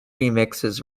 remixes